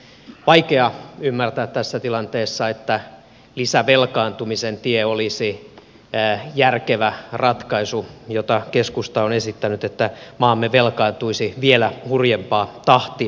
vaikea ymmärtää tässä tilanteessa että lisävelkaantumisen tie olisi järkevä ratkaisu jota keskusta on esittänyt että maamme velkaantuisi vielä hurjempaa tahtia